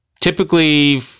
typically